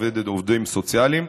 עובדים סוציאליים,